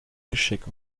geschick